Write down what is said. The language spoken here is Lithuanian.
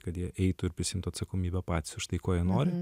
kad jie eitų ir prisiimtų atsakomybę patys už tai ko jie nori